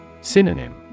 Synonym